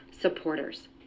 Supporters